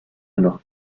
alors